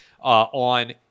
on